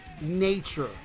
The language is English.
nature